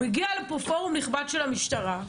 מגיע לפה פורום נכבד של המשטרה,